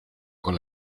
con